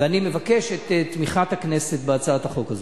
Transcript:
ואני מבקש את תמיכת הכנסת בהצעת החוק הזאת.